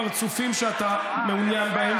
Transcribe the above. אתה יכול לעשות כמה פרצופים שאתה מעוניין בהם,